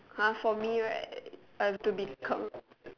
!huh! for me right I have to become